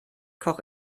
koch